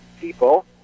people